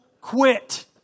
quit